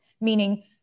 meaning